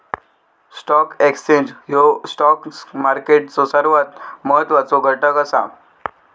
stock exchange ह्यो stock मार्केटचो सर्वात महत्वाचो घटक असा